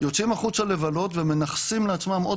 יוצאים החוצה לבלות ומנכסים לעצמם עוד